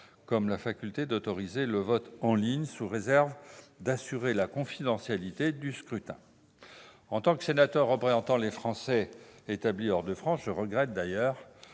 comme la faculté d'autoriser le vote en ligne, sous réserve d'assurer la confidentialité du scrutin. En tant que sénateur représentant les Français établis hors de France, je regrette que le